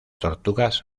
tortugas